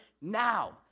now